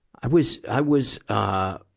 i was, i was, ah,